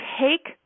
take